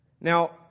Now